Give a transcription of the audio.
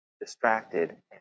distracted